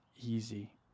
easy